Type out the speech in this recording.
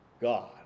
God